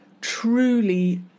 truly